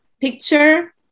picture